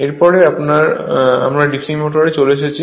এরপরে আমরা DC মোটরে চলে এসেছি